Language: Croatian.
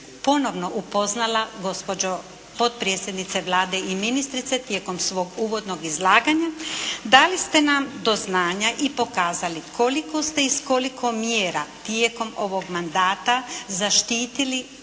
ponovno upoznala gospođo potpredsjednice Vlade i ministrice tijekom svog uvodnog izlaganja, dali ste nam do znanja i pokazali koliko ste i s koliko mjera tijekom ovog mandata zaštitili